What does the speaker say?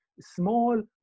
small